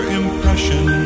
impression